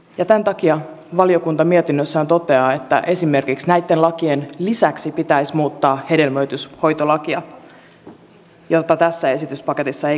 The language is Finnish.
tämän takia valiokunta mietinnössään toteaa että näitten lakien lisäksi pitäisi esimerkiksi muuttaa hedelmöityshoitolakia jota tässä esityspaketissa ei korjata